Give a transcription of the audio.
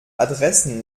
adressen